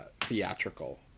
theatrical